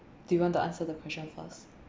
do you want to answer the question first